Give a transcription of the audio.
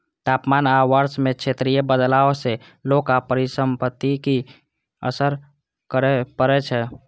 तापमान आ वर्षा मे क्षेत्रीय बदलाव सं लोक आ पारिस्थितिकी पर असर पड़ै छै